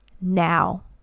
now